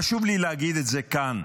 חשוב לי להגיד את זה כאן,